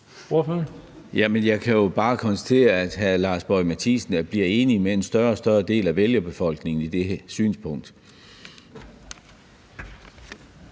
Jeg kan jo bare konstatere, at hr. Lars Boje Mathiesen er enig med en større og større del af vælgerbefolkningen i det synspunkt.